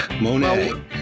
Monet